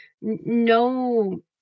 no